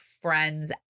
friends